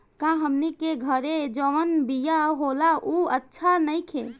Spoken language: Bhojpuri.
का हमनी के घरे जवन बिया होला उ अच्छा नईखे?